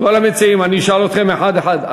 כל המציעים, אני אשאל אתכם אחד אחד.